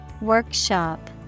Workshop